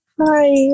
hi